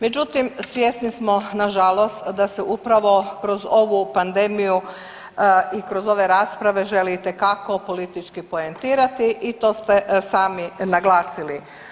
Međutim, svjesni smo nažalost da se upravo kroz ovu pandemiju i kroz ove rasprave želi itekako politički poentirati i to ste sami naglasili.